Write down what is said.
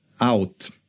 out